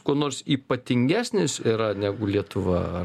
kuo nors ypatingesnis yra negu lietuva